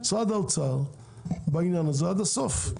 משרד האוצר בעניין הזה עד הסוף.